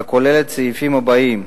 ה-DTT, והכלולות בסעיפים הבאים: